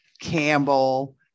Campbell